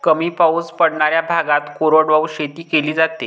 कमी पाऊस पडणाऱ्या भागात कोरडवाहू शेती केली जाते